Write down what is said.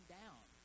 down